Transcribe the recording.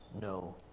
no